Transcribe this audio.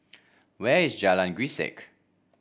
where is Jalan Grisek